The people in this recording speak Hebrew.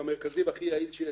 המרכזי והכי יעיל שיש.